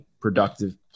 productive